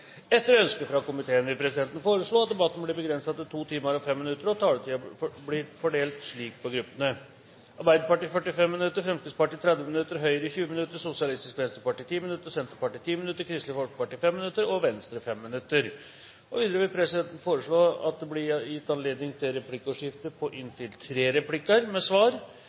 Etter ønske fra justiskomiteen vil presidenten foreslå at debatten blir begrenset til 2 timer og 5 minutter, og at taletiden blir fordelt slik på gruppene: Arbeiderpartiet 45 minutter, Fremskrittspartiet 30 minutter, Høyre 20 minutter, Sosialistisk Venstreparti 10 minutter, Senterpartiet 10 minutter, Kristelig Folkeparti 5 minutter og Venstre 5 minutter. Videre vil presidenten foreslå at det blir gitt anledning til replikkordskifte på inntil tre replikker med svar